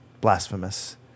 blasphemous